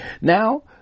Now